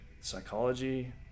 psychology